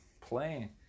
playing